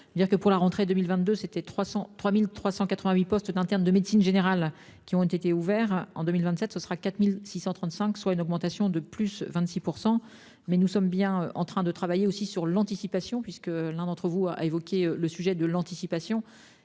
pour la rentrée 2022 c'était 303.380, 1000 postes d'internes de médecine générale qui ont été ouverts en 2027, ce sera 4635, soit une augmentation de plus 26%. Mais nous sommes bien en train de travailler aussi sur l'anticipation, puisque l'un d'entre vous a évoqué le sujet de l'anticipation